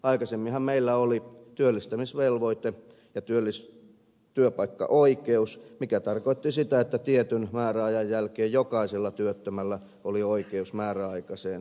aikaisemminhan meillä oli työllistämisvelvoite ja työpaikkaoikeus mikä tarkoitti sitä että tietyn määräajan jälkeen jokaisella työttömällä oli oikeus määräaikaiseen työpaikkaan